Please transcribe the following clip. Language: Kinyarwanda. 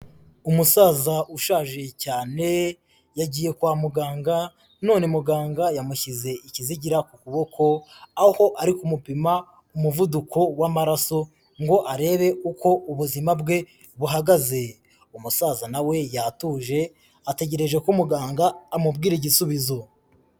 Umusaza ushaje cyane, yagiye kwa muganga none muganga yamushyize ikizigira ku kuboko, aho ari kumupima umuvuduko w'amaraso, ngo arebe uko ubuzima bwe buhagaze. Umusaza na we yatuje ategereje ko muganga amubwira igisubizo.